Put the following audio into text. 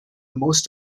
most